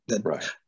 Right